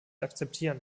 akzeptieren